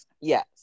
Yes